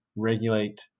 Regulate